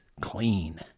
clean